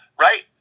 right